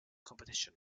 competition